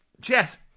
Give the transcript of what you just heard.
Jess